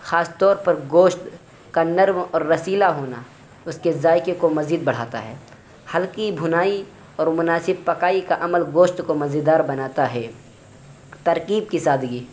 خاص طور پر گوشت کا نرم اور رسیلا ہونا اس کے ذائقے کو مزید بڑھاتا ہے ہلکی بھنائی اور مناسب پکائی کا عمل گوشت کو مزیدار بناتا ہے ترکیب کی سادگی